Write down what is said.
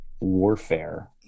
warfare